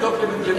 נבדוק לגופו.